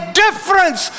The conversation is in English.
difference